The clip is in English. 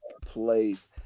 Place